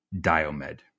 Diomed